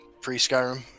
pre-Skyrim